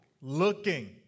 looking